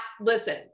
listen